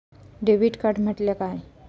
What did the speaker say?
Debit card म्हटल्या काय?